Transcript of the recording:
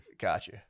Gotcha